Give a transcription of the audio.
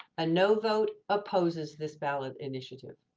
a no vote opposes this ballot initiative.